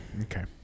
Okay